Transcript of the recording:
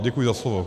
Děkuji za slovo.